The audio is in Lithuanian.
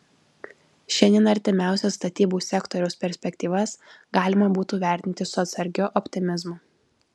šiandien artimiausias statybų sektoriaus perspektyvas galima būtų vertinti su atsargiu optimizmu